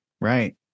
Right